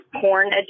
porn